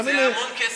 זה המון כסף.